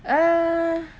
err